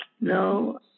no